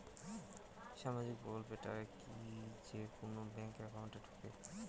সামাজিক প্রকল্পের টাকা কি যে কুনো ব্যাংক একাউন্টে ঢুকে?